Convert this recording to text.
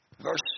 Verse